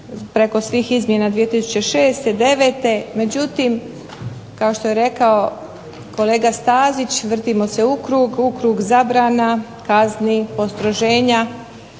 preko svih izmjena 2006., 2009. međutim kao što je rekao kolega Stazić vrtimo se u krug, u krug zabrana, kazni, postroženja